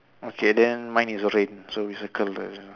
okay then mine is also in so we circle the